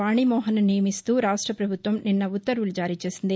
వాణీమోహన్ను నియమిస్తూ రాష్ట పభుత్వం నిన్న ఉత్తర్వులు జారీ చేసింది